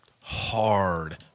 hard